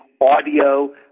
audio